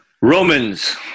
Romans